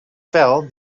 fel